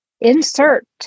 insert